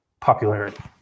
popularity